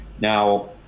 Now